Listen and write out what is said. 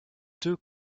deux